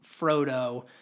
Frodo